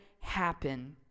happen